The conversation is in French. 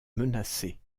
menacée